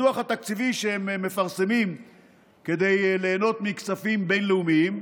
בדוח התקציבי שהם מפרסמים כדי ליהנות מכספים בין-לאומיים,